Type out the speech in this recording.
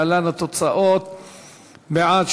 להלן התוצאות: בעד,